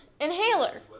inhaler